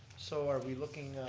so are we looking,